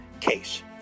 case